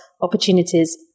opportunities